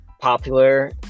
popular